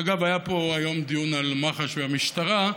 אגב, היה פה היום דיון על מח"ש והמשטרה.